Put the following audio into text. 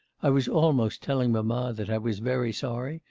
i was almost telling mamma that i was very sorry,